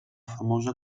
famosa